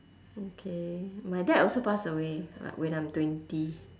okay my dad also pass away when I'm twenty